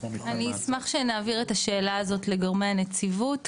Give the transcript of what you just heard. אני אשמח שנעביר את השאלה הזו לגורמי הנציבות,